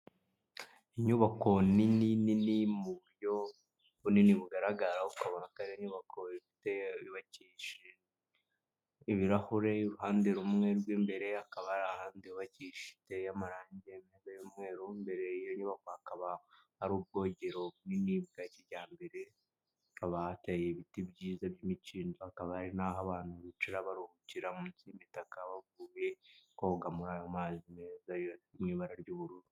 Inyubako nini nini mu buryo bunini bugaragara ukabakayubakoba ibirahureuruhande rumwe rw'imbere hakaba hari ahandi yubakishije amarangi y'umweru mbereyubako hakaba ari ubwogero bunini bwa kijyambere haba hateye ibiti byiza by'imikindo, hakaba ari naho abantu bicara baruhukira munsi y'imitaka bavuye koga muri ayo mazi meza mu ibara ry'ubururu.